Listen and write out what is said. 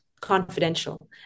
confidential